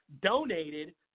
donated